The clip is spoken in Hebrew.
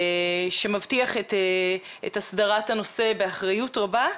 שמבטיח את הסדרת הנושא באחריות רבה.